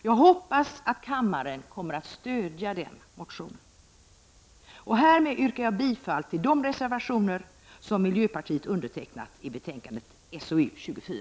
Jag hoppas att kammaren kommer att stödja den reservationen. Härmed yrkar jag bifall till de reservationer i betänkandet SoU24 som jag har undertecknat på miljöpartiets vägnar.